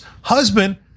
husband